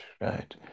right